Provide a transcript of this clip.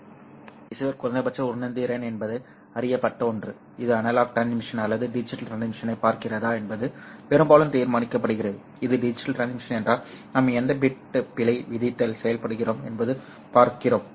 எனவே ரிசீவர் குறைந்தபட்ச உணர்திறன் என்பது அறியப்பட்ட ஒன்று இது அனலாக் டிரான்ஸ்மிஷன் அல்லது டிஜிட்டல் டிரான்ஸ்மிஷனைப் பார்க்கிறதா என்பது பெரும்பாலும் தீர்மானிக்கப்படுகிறது இது டிஜிட்டல் டிரான்ஸ்மிஷன் என்றால் நாம் எந்த பிட் பிழை வீதத்தில் செயல்படுகிறோம் என்பதைப் பார்க்கிறோம்